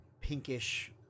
pinkish